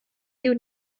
you